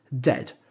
dead